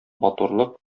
матурлык